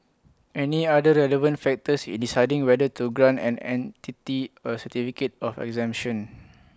any other relevant factors in deciding whether to grant an entity A certificate of exemption